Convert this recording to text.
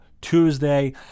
Tuesday